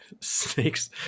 snakes